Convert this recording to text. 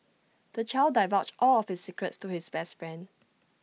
the child divulged all of his secrets to his best friend